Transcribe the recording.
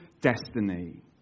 destiny